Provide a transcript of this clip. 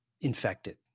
infected